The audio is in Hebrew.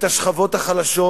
את השכבות החלשות,